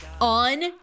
on